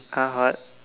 !huh! what